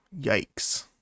Yikes